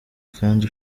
kandi